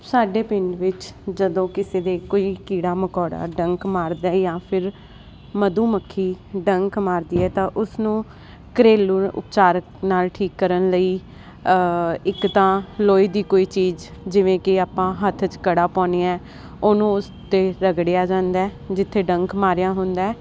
ਸਾਡੇ ਪਿੰਡ ਵਿੱਚ ਜਦੋਂ ਕਿਸੇ ਦੇ ਕੋਈ ਕੀੜਾ ਮਕੌੜਾ ਡੰਕ ਮਾਰਦਾ ਜਾਂ ਫਿਰ ਮਧੂਮੱਖੀ ਡੰਕ ਮਾਰਦੀ ਹੈ ਤਾਂ ਉਸਨੂੰ ਘਰੇਲੂ ਉਪਚਾਰ ਨਾਲ ਠੀਕ ਕਰਨ ਲਈ ਇੱਕ ਤਾਂ ਲੋਹੇ ਦੀ ਕੋਈ ਚੀਜ਼ ਜਿਵੇਂ ਕਿ ਆਪਾਂ ਹੱਥ 'ਚ ਕੜਾ ਪਾਉਨੇ ਹੈ ਉਹਨੂੰ ਉਸ 'ਤੇ ਰਗੜਿਆ ਜਾਂਦਾ ਜਿੱਥੇ ਡੰਕ ਮਾਰਿਆ ਹੁੰਦਾ